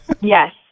Yes